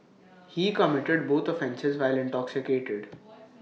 he committed both offences while intoxicated